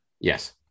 Yes